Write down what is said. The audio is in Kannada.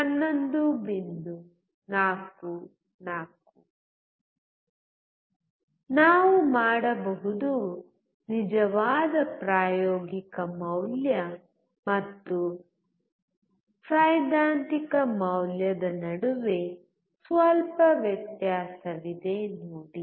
44 ನಾವು ಮಾಡಬಹುದು ನಿಜವಾದ ಪ್ರಾಯೋಗಿಕ ಮೌಲ್ಯ ಮತ್ತು ಸೈದ್ಧಾಂತಿಕ ಮೌಲ್ಯದ ನಡುವೆ ಸ್ವಲ್ಪ ವ್ಯತ್ಯಾಸವಿದೆ ನೋಡಿ